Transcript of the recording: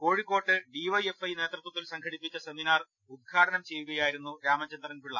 കോഴിക്കോട്ട് D Y F I നേതൃത്വത്തിൽ സംഘടിപ്പിച്ച സെമിനാർ ഉദ്ഘാടനം ചെയ്യുകയായി രുന്നു രാമചന്ദ്രൻപി ള്ള